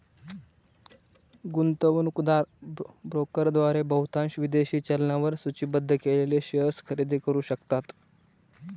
गुंतवणूकदार ब्रोकरद्वारे बहुतांश विदेशी चलनांवर सूचीबद्ध केलेले शेअर्स खरेदी करू शकतात